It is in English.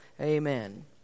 Amen